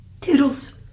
toodles